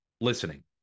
listening